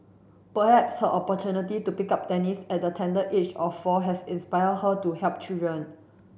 perhaps her opportunity to pick up tennis at the tender age of four has inspired her to help children